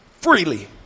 freely